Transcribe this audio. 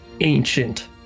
ancient